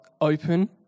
open